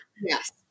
yes